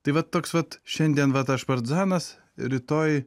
tai vat toks vat šiandien vat aš partzanas rytoj